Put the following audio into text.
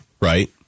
right